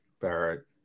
Barrett